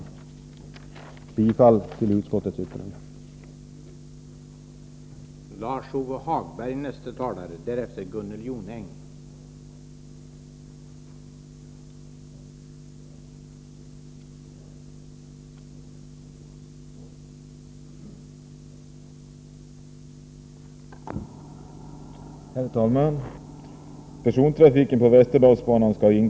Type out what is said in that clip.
Jag yrkar bifall till utskottets hemställan.